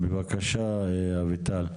בבקשה אביטל.